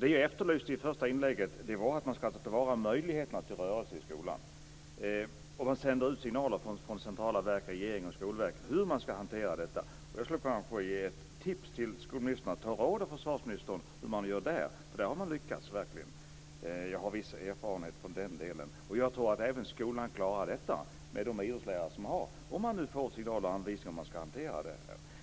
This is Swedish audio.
Det jag efterlyste i mitt första inlägg, Eva Johansson, var att ta till vara möjligheterna till rörelse i skolan. Man sänder ut signaler från centrala verk och regering till skolor om hur detta ska hanteras. Jag skulle vilja ge ett tips till skolministern att ta råd av försvarsministern, för där har man lyckats. Jag har viss erfarenhet därifrån. Jag tror att även skolan klarar detta - om signaler och anvisningar ges.